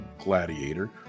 gladiator